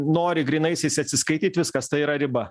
nori grynaisiais atsiskaityt viskas tai yra riba